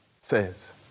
says